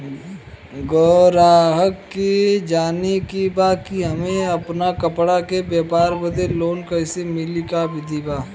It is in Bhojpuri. गराहक के जाने के बा कि हमे अपना कपड़ा के व्यापार बदे लोन कैसे मिली का विधि बा?